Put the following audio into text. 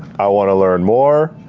i want to learn more.